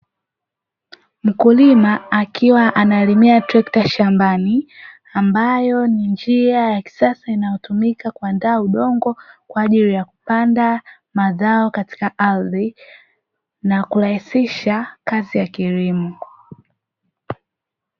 Mkulima akiwa analimia trekta shambani, ambayo ni njia ya kisasa inayotumika kuandaa udongo kwa ajili ya kupanda mazao katika ardhi na kurahisisha kazi ya kilimo.